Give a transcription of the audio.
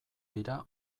dira